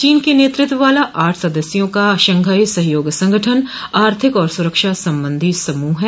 चीन के नेतृत्व वाला आठ सदस्यों का शंघाई सहयोग संगठन आर्थिक और सुरक्षा संबंधी समूह है